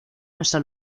nuestra